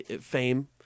fame